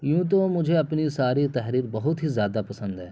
یوں تو مجھے اپنی ساری تحریر بہت ہی زیادہ پسند ہے